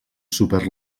súper